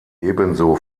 ebenso